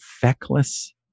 feckless